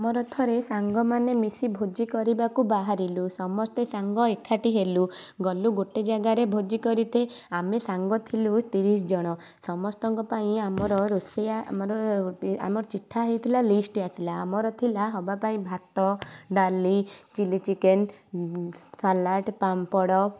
ମୋର ଥରେ ସାଙ୍ଗ ମାନେ ମିଶି ଭୋଜି କରିବାକୁ ବାହାରିଲୁ ସମସ୍ତେ ସାଙ୍ଗ ଏକାଠି ହେଲୁ ଗଲୁ ଗୋଟେ ଜାଗାରେ ଭୋଜି କରିତେ ଆମେ ସାଙ୍ଗ ଥିଲୁ ତିରିଶି ଜଣ ସମସ୍ତଙ୍କ ପାଇଁ ଆମର ରୋଷେଇୟା ଆମର ଆମର ଚିଠା ହେଇଥିଲା ଲିଷ୍ଟ ଆସିଲା ଆମର ଥିଲା ହବା ପାଇଁ ଭାତ ଡାଲି ଚିଲି ଚିକେନ ସାଲାଡ଼ ପାମ୍ପଡ଼